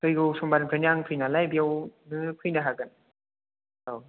फैगौ समबारनिफ्राइनो आं फ्रि नालाय बेयावनो फैनो हागोन औ